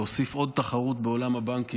להוסיף עוד תחרות בעולם הבנקים,